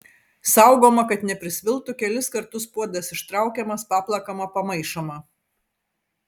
saugoma kad neprisviltų kelis kartus puodas ištraukiamas paplakama pamaišoma